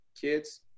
kids